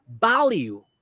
value